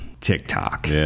TikTok